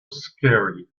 scary